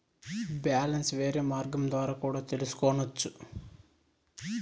Balance వేరే మార్గం ద్వారా కూడా తెలుసుకొనొచ్చా?